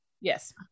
Yes